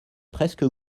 presque